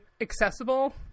accessible